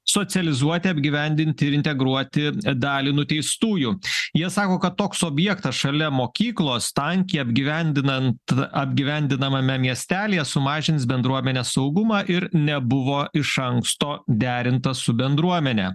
socializuoti apgyvendinti ir integruoti dalį nuteistųjų jie sako kad toks objektas šalia mokyklos tankiai apgyvendinant apgyvendinamame miestelyje sumažins bendruomenės saugumą ir nebuvo iš anksto derintas su bendruomene